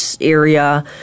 area